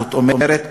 זאת אומרת,